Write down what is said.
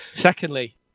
Secondly